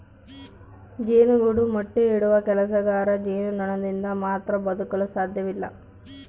ಜೇನುಗೂಡು ಮೊಟ್ಟೆ ಇಡುವ ಕೆಲಸಗಾರ ಜೇನುನೊಣದಿಂದ ಮಾತ್ರ ಬದುಕಲು ಸಾಧ್ಯವಿಲ್ಲ